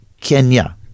Kenya